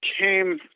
came